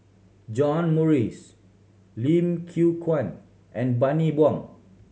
John Morrice Lim Yew Kuan and Bani Buang